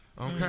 okay